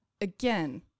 again